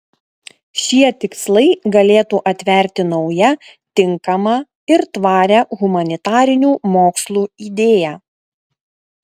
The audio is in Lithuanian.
šie tikslai galėtų atverti naują tinkamą ir tvarią humanitarinių mokslų idėją